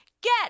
Get